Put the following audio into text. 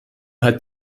hat